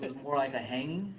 and more like a hanging.